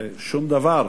ושום דבר.